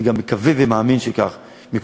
אני גם מקווה ומאמין שכך הדבר.